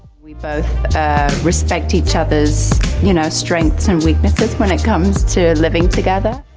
we both respect each other's you know strengths and weaknesses when it comes to living together.